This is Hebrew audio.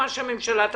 מה שהממשלה תחליט.